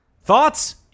Thoughts